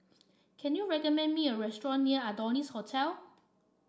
can you recommend me a restaurant near Adonis Hotel